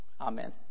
Amen